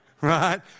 right